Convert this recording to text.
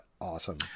Awesome